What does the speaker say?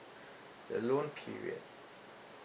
the loan period